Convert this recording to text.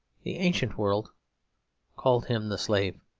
the ancient world called him the slave.